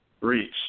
reach